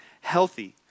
healthy